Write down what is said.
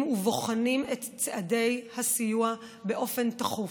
ובוחנים את צעדי הסיוע באופן תכוף.